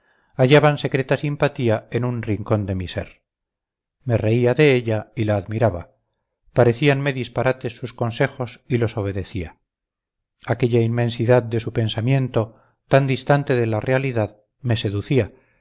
hallaban secreta simpatía en un rincón de mi ser me reía de ella y la admiraba parecíanme disparates sus consejos y los obedecía aquella inmensidad de su pensamiento tan distante de la realidad me seducía